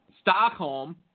Stockholm